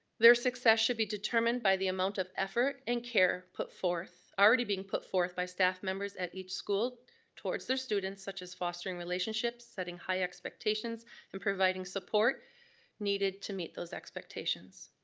their success should be determined by the amount of effort and care put forth, already being put forth by staff members at each school towards their students such as fostering relationships, setting high expectations, and providing support needed to meet those expectations.